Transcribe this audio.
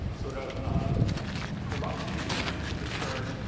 sort of there's corruption in the ranks of the church,